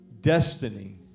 destiny